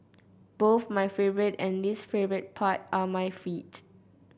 both my favourite and least favourite part are my feet